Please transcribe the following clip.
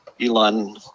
Elon